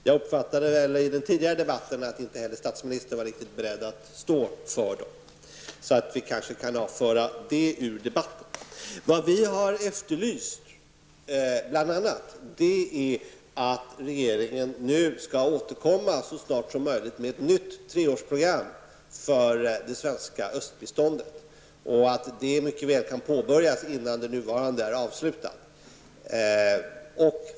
Jag uppfattade i den tidigare debatten att inte heller statsministern var riktigt beredd att stå för dessa beskyllningar, så vi kan kanske avföra det argumentet från debatten. Det vi från centerpartiet bl.a. har efterlyst är att regeringen så snart som möjligt skall återkomma med ett nytt treårsprogram för det svenska östbiståndet. Arbetet med detta kan mycket väl påbörjas innan det nuvarande programmet är avslutat.